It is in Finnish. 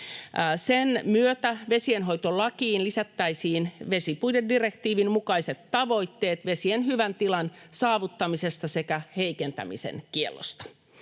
Sen myötä vesienhoitolakiin lisättäisiin vesipuitedirektiivin mukaiset tavoitteet vesien hyvän tilan saavuttamisesta sekä heikentämisen kiellosta.